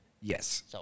Yes